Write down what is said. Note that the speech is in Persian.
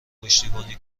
پشتیبانی